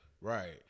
Right